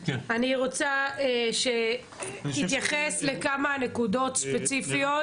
אני רוצה שתתייחס לכמה נקודות ספציפיות